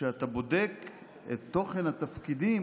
כשאתה בודק את תוכן התפקידים